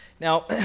Now